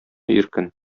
иркен